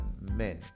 men